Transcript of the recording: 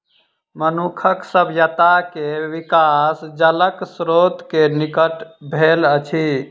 मनुखक सभ्यता के विकास जलक स्त्रोत के निकट भेल अछि